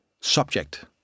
subject